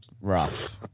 rough